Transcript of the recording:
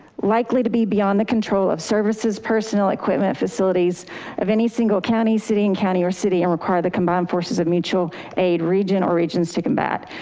likely to be beyond the control of services, personal equipment, facilities of any single county, city and county or city and require the combined forces of mutual aid, region or regions to combat.